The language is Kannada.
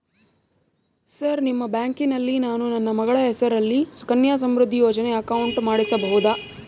ಸರ್ ನಿಮ್ಮ ಬ್ಯಾಂಕಿನಲ್ಲಿ ನಾನು ನನ್ನ ಮಗಳ ಹೆಸರಲ್ಲಿ ಸುಕನ್ಯಾ ಸಮೃದ್ಧಿ ಯೋಜನೆ ಅಕೌಂಟ್ ಮಾಡಿಸಬಹುದಾ?